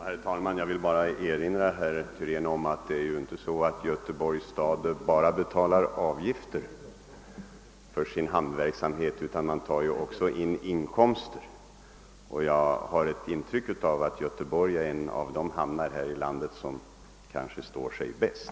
Herr talman! Jag vill bara erinra herr Thylén om att Göteborgs stad inte enbart betalar avgifter för hamnverksamheten utan att det också blir in komster. Dessutom har jag ett intryck av att Göteborgs hamn kanske är en av de hamnar i landet som står sig bäst.